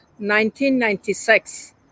1996